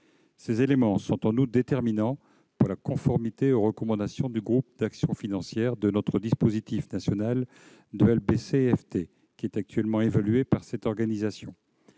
Ces éléments sont en outre déterminants pour la conformité aux recommandations du Groupe d'action financière de notre dispositif national de LBC-FT, qui est actuellement évalué par cette organisation.